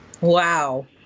Wow